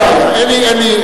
אם כך,